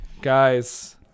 guys